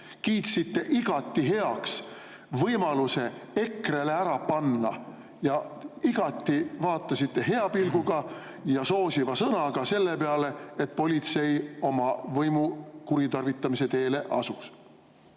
kiitsite igati heaks võimaluse EKRE-le ära panna, vaatasite hea pilguga ja soosiva sõnaga selle peale, et politsei oma võimu kuritarvitamise teele asus.